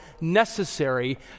necessary